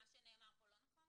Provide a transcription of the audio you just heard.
מה שנאמר פה לא נכון?